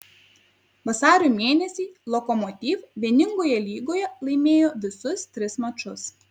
vasario mėnesį lokomotiv vieningoje lygoje laimėjo visus tris mačus